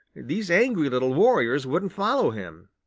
these angry little warriors wouldn't follow him.